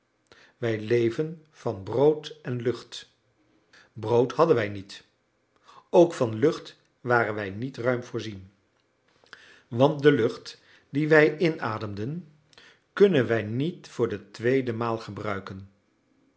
wij leven van brood en lucht brood hadden wij niet ook van lucht waren wij niet ruim voorzien want de lucht die wij inademden kunnen wij niet voor de tweede maal gebruiken